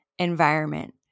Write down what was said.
environment